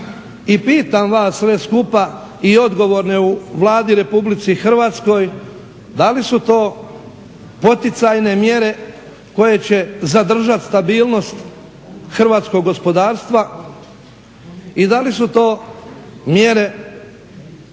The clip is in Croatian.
I pitam vas sve skupa i odgovorne u Vladi RH da li su to poticajne mjere koje će zadržati stabilnost hrvatskog gospodarstva i da li su to mjere